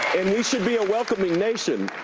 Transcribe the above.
and we should be a welcoming nation.